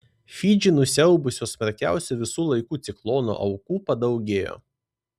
fidžį nusiaubusio smarkiausio visų laikų ciklono aukų padaugėjo